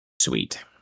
Sweet